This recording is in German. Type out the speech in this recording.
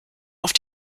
auf